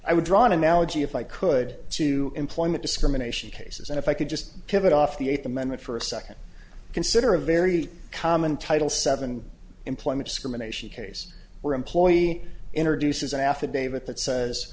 i would draw an analogy if i could to employment discrimination cases and if i could just pivot off the eighth amendment for a second consider a very common title seven employment discrimination case where employee introduces an affidavit that